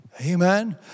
Amen